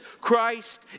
Christ